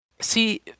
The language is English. See